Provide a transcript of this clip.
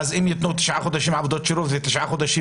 אז אם יתנו 9 חודשים עבודות שירות ו-9 חודשים